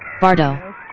Bardo